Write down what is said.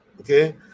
Okay